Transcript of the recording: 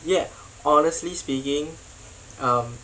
ya honestly speaking um